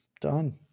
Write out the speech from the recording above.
done